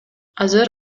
азыр